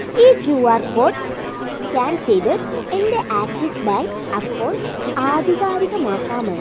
ഈ Q R code scan ചെയ്ത് എൻ്റെ ആക്സിസ് ബാങ്ക് അക്കൗണ്ട് ആധികാരികമാക്കാമോ